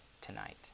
tonight